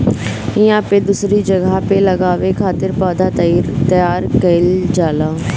इहां पे दूसरी जगह पे लगावे खातिर पौधा तईयार कईल जाला